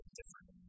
different